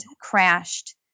crashed